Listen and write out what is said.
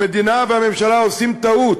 המדינה והממשלה עושות טעות,